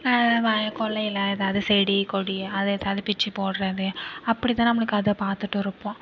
கொல்லையில் எதாவது செடி கொடி அது எதாவது பிச்சு போடுறது அப்படிதான் நம்மளுக்கு அதை பார்த்துட்டு இருப்போம்